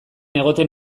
egoten